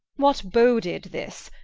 what boaded this?